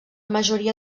majoria